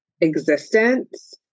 existence